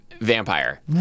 Vampire